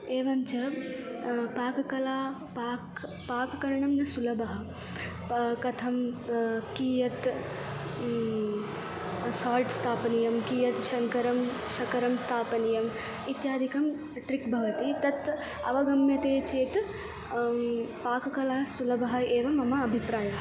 एवञ्च पाककला पाक् पाककरणं न सुलभः कथं कियत् साल्ट्स् स्थापनीयं कियत् शङ्करं शक्करं स्थापनीयम् इत्यादिकं ट्रिक् भवति तत् अवगम्यते चेत् पाककला सुलभा एव मम अभिप्रायः